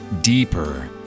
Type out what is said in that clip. deeper